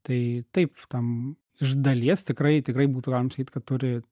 tai taip tam iš dalies tikrai tikrai būtų galima sakyt kad turi